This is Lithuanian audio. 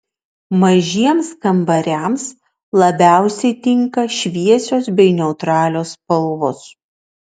mažiems kambariams labiausiai tinka šviesios bei neutralios spalvos